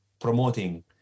promoting